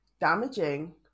damaging